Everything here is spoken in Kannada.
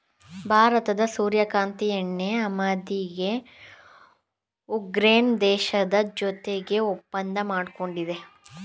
ಭಾರತದ ಸೂರ್ಯಕಾಂತಿ ಎಣ್ಣೆ ಆಮದಿಗೆ ಉಕ್ರೇನ್ ದೇಶದ ಜೊತೆಗೆ ಒಪ್ಪಂದ ಮಾಡ್ಕೊಂಡಿದೆ